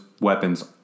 weapons